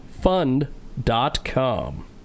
fund.com